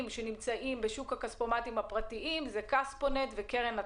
שנמצאים בשוק הכספומטים הפרטיים זה כספונט וקרן התמר.